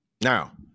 Now